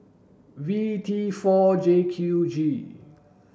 V T four J Q G